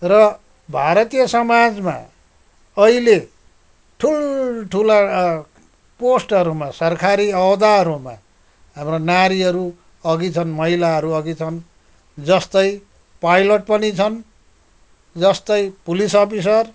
र भारतीय समाजमा अहिले ठुल्ठुला पोस्टहरूमा सरकारी अहोदाहरूमा हाम्रो नारीहरू अघि छन् महिलाहरू अघि छन् जस्तै पाइलट पनि छन् जस्तै पुलिस अफिसर